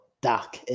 doc